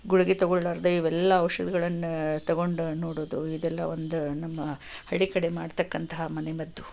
ಗುಳಿಗೆ ತೊಗೊಳ್ಲಾರ್ದೆ ಇವೆಲ್ಲ ಔಧಿದಿಗಳನ್ನು ತೊಗೊಂಡು ನೋಡುವುದು ಇದೆಲ್ಲ ಒಂದು ನಮ್ಮ ಹಳ್ಳಿ ಕಡೆ ಮಾಡ್ತಕ್ಕಂತಹ ಮನೆ ಮದ್ದು